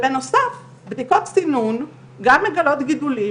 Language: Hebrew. אם אנחנו מסתכלים גם על הגרפים הצבעוניים,